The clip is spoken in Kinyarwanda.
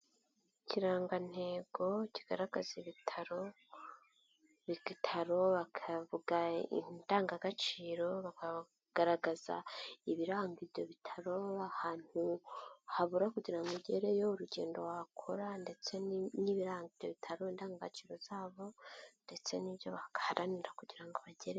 Ikirangantego kigaragaza ibitaro bakavuga indangagaciro, bakagaragaza ibiranga ibyo bitaro ahantu habura kugira ngo ugereyo, urugendo bakora ndetse n'ibiranga ibyo bitaro indangagaciro zabo ndetse n'ibyo baharanira kugira ngo bagereho.